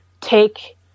take